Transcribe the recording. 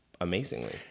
Amazingly